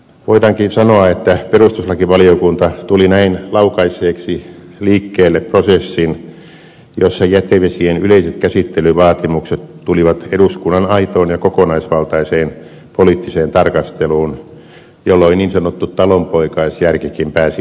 voidaankin sanoa että perustuslakivaliokunta tuli näin laukaisseeksi liikkeelle prosessin jossa jätevesien yleiset käsittelyvaatimukset tulivat eduskunnan aitoon ja kokonaisvaltaiseen poliittiseen tarkasteluun jolloin niin sanottu talonpoikaisjärkikin pääsi neuvottelupöytään mukaan